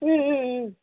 ம் ம் ம்